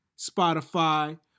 Spotify